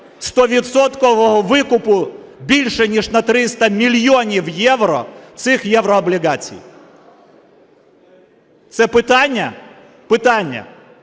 викупу більше ніж на 300 мільйонів євро цих єврооблігацій? Це питання, питання,